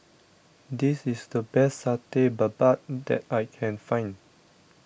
this is the best Satay Babat that I can find